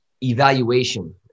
evaluation